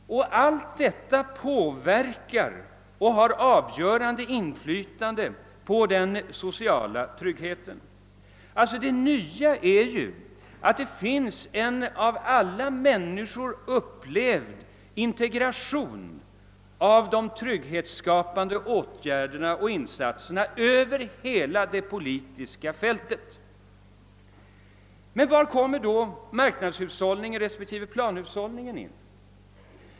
Allt detta påverkar och har ett avgörande inflytande på den sociala tryggheten. Det nya är att det finns en av alla människor upplevd integration av de trygghetsskapande åtgärderna och insatserna över hela det politiska fältet. Men var kommer då marknadshushållningen respektive planhushållningen in?